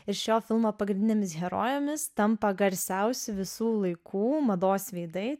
ir šio filmo pagrindinėmis herojėmis tampa garsiausi visų laikų mados veidai